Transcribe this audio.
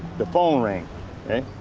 the phone rings okay.